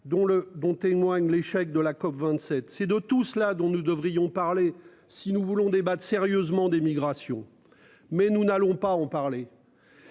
dont témoigne l'échec de la COP27, c'est de tout cela dont nous devrions parler si nous voulons débattent sérieusement des migrations. Mais nous n'allons pas en parler.